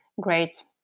great